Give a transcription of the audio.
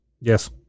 Yes